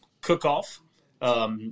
cook-off